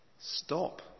Stop